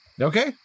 Okay